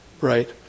right